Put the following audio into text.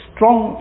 strong